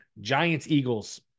Giants-Eagles